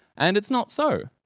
and it's not so.